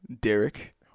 Derek